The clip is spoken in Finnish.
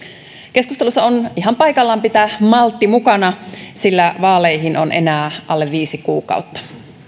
keskustelussa on ihan paikallaan pitää maltti mukana sillä vaaleihin on enää alle viisi kuukautta